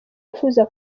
wifuza